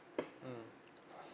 mmhmm